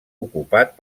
ocupat